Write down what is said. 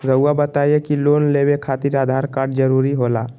रौआ बताई की लोन लेवे खातिर आधार कार्ड जरूरी होला?